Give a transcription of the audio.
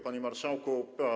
Panie Marszałku!